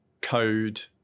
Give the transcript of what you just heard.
code